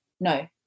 no